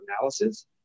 Analysis